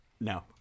No